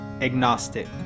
Agnostic